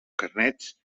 carnets